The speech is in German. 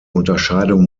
unterscheidung